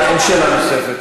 אין שאלה נוספת.